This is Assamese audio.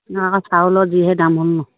নাই আকৌ চাউলৰ যিহে দাম হ'ল ন